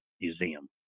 museum